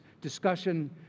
discussion